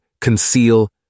conceal